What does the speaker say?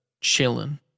chilling